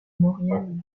maurienne